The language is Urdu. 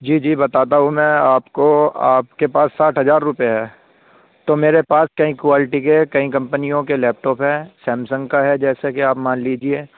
جی جی بتاتا ہوں میں آپ کو آپ کے پاس ساٹھ ہزار روپیے ہیں تو میرے پاس کئی کوالٹی کے کئی کمپنیوں کے لیپ ٹاپ ہیں سیمسنگ کا ہے جیسے کہ آپ مان لیجیے